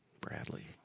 Bradley